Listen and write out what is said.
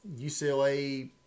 UCLA